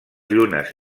llunes